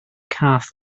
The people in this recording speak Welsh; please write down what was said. cath